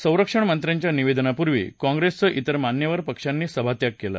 संरक्षण मंत्र्यांच्या निवेदनापूर्वी काँप्रेससह तिर मान्यवर पक्षांनी सभात्याग केला